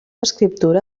escriptura